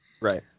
Right